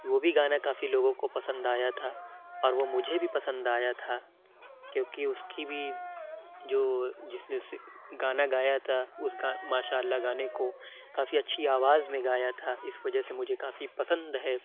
وہ بھی گانا کافی لوگوں کو پسند آیا تھا اور وہ مجھے بھی پسند آیا تھا کیوں کہ اُس کی بھی جو جس نے گانا گایا تھا اُس گا ماشاء اللہ گانے کو کافی اچھی آواز میں گایا تھا اِس وجہ سے مجھے کافی پسند ہے